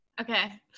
Okay